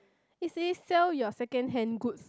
it says sell your second hand goods